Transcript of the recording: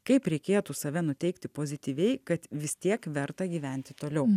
kaip reikėtų save nuteikti pozityviai kad vis tiek verta gyventi toliau